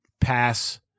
pass